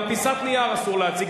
גם פיסת נייר אסור להציג,